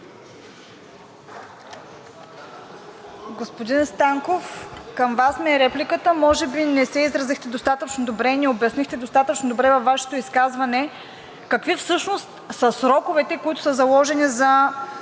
Господин Станков, към Вас ми е репликата. Може би не се изразихте достатъчно добре и не обяснихте достатъчно добре във Вашето изказване – какви всъщност са сроковете, които са заложени за